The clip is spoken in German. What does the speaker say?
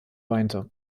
weinte